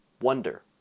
Wonder